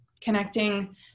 Connecting